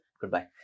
Goodbye